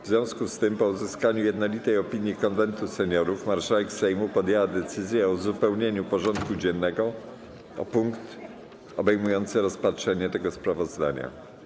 W związku z tym, po uzyskaniu jednolitej opinii Konwentu Seniorów, marszałek Sejmu podjęła decyzję o uzupełnieniu porządku dziennego o punkt obejmujący rozpatrzenie tego sprawozdania.